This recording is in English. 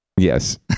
Yes